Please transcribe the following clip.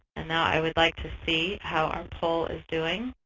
and now i would like to see how our poll is doing.